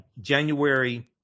January